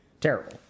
terrible